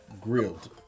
grilled